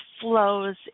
flows